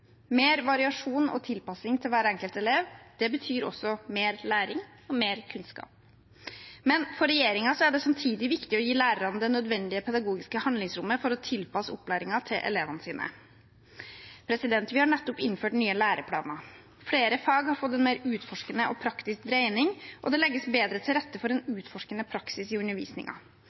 Mer variasjon og tilpasning til hver enkelt elev betyr også mer læring og mer kunnskap. Men for regjeringen er det samtidig viktig å gi lærerne det nødvendige pedagogiske handlingsrommet for å tilpasse opplæringen til elevene sine. Vi har nettopp innført nye læreplaner. Flere fag har fått en mer utforskende og praktisk dreining, og det legges bedre til rette for en utforskende praksis i